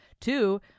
Two